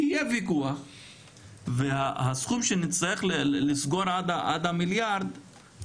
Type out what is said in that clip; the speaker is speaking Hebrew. יהיה ויכוח והסכום שנצטרך לסגור עד מאי,